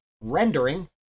rendering